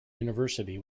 university